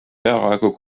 peaaegu